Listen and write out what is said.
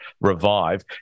revive